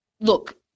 look